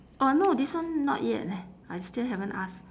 orh no this one not yet leh I still haven't ask